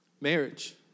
Marriage